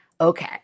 Okay